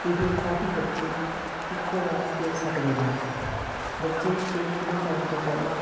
ਇਹ ਕਾਫੀ ਬੱਚੇ ਇੱਕੋ ਵਾਰ ਖੇਡ ਸਕਦੇ ਨੇ ਬੱਚੇ ਖੇਡ ਸ਼ੁਰੂ ਕਰਨ ਤੋਂ ਪਹਿਲਾਂ